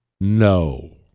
no